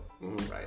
Right